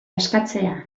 eskatzea